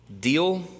Deal